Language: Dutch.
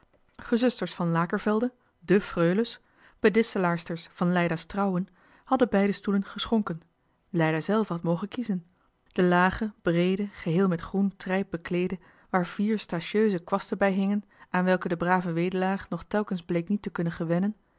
gezusters van lakervelde de freules bedisselaarsters van leida's trouwen hadden beide stoelen geschonken leida zelve had johan de meester de zonde in het deftige dorp mogen kiezen den lagen breeden geheel met groen trijp bekleeden waar vier statieuze kwasten bij hingen aan welke de brave wedelaar nog telkens bleek niet te kunnen gewennen